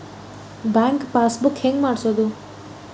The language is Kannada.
ಬ್ಯಾಂಕ್ ಪಾಸ್ ಬುಕ್ ಹೆಂಗ್ ಮಾಡ್ಸೋದು?